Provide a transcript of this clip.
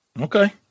Okay